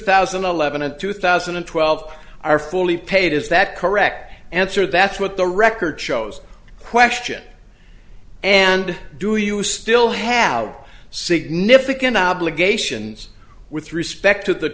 thousand and eleven and two thousand and twelve are fully paid is that correct answer that's what the record shows question and do you still have significant obligations with respect to the